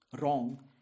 wrong